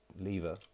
lever